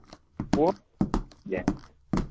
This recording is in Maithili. ओ जे